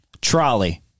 Trolley